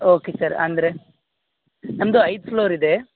okay sir ಅಂದರೆ ನಮ್ಮದು ಐದು ಫ್ಲೋರ್ ಇದೆ